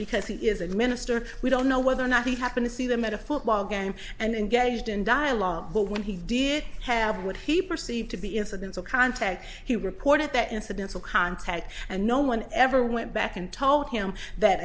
because he is a minister we don't know whether or not he happened to see them at a football game and engaged in dialogue but when he did have what he perceived to be incidents of contact he reported that incidental contact and no one ever went back and told him that